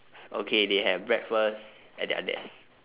okay they have breakfast at their desk